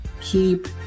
keep